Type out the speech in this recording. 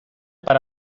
para